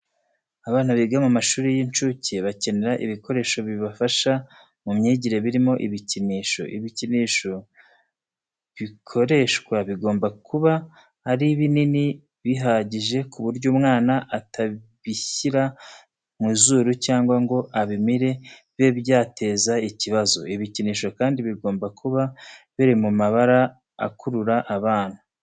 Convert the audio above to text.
Abana biga mu mashuri y'inshuke bakenera ibikoresho bibafasha mu myigire birimo ibikinisho. Ibikinisho bikoreshwa bigomba kuba ari binini bihagije ku buryo umwana atabishyira mu izuru cyangwa ngo abimire bibe byateza ikibazo. Ibikinisho kandi bigomba kuba biri mu mabara akurura abana.